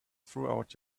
throughout